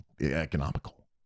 economical